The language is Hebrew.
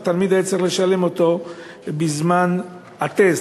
שהתלמיד היה צריך לשלם אותו בזמן הטסט,